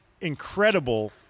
incredible